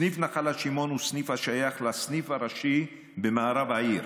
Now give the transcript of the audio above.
סניף נחלת שמעון הוא סניף השייך לסניף הראשי במערב העיר.